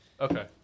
Okay